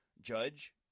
Judge